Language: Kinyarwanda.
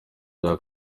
bya